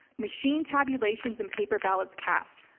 machine tabulations and paper ballots cast,